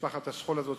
משפחת השכול הזאת,